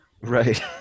right